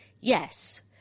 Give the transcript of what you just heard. Yes